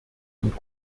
und